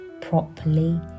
properly